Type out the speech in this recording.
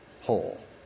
whole